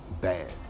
bad